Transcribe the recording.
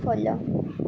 follow